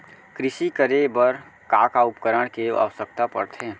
कृषि करे बर का का उपकरण के आवश्यकता परथे?